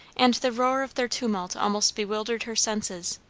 and the roar of their tumult almost bewildered her senses.